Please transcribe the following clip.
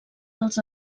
dels